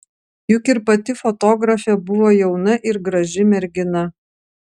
juk ir pati fotografė buvo jauna ir graži mergina